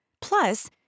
Plus